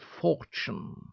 fortune